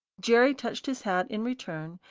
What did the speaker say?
jerry touched his hat in return,